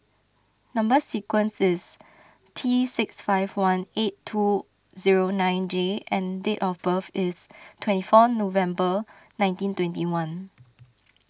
Number Sequence is T six five one eight two zero nine J and date of birth is twenty four November nineteen twenty one